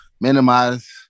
minimize